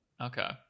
Okay